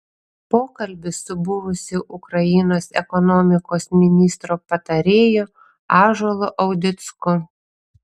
pokalbis su buvusiu ukrainos ekonomikos ministro patarėju ąžuolu audicku